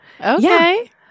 Okay